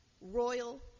royal